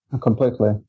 Completely